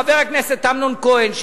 חבר הכנסת אמנון כהן,